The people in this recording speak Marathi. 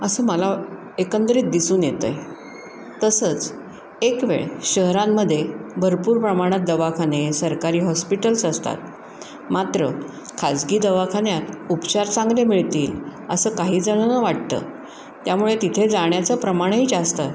असं मला एकंदरीत दिसून येत आहे तसंच एकवेळ शहरांमध्ये भरपूर प्रमाणात दवाखाने सरकारी हॉस्पिटल्स असतात मात्र खाजगी दवाखान्यात उपचार चांगले मिळतील असं काहीजणांना वाटतं त्यामुळे तिथे जाण्याचं प्रमाणही जास्त आहे